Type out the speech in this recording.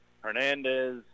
Hernandez